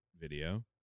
video